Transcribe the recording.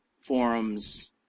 forums